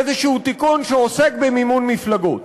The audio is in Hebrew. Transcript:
איזשהו תיקון שעוסק במימון מפלגות.